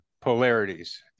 polarities